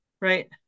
Right